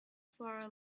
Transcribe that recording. for